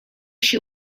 she